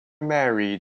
married